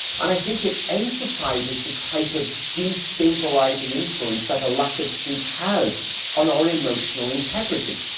and i think it emphasizes the type of destabilizing influence that a lack of sleep has on our emotional integrity.